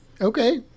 Okay